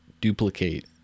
duplicate